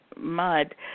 mud